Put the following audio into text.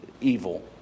evil